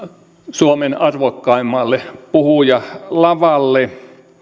suomen arvokkaimmalle puhujalavalle